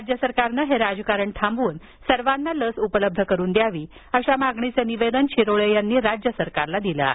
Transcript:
राज्य सरकारनं हे राजकारण थांबवून सर्वांना लस उपलब्ध करून द्यावी अशा मागणीचं निवेदन शिरोळे यांनी राज्य सरकारला दिलं आहे